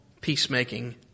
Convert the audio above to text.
peacemaking